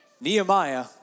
Nehemiah